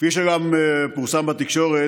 כפי שגם פורסם בתקשורת,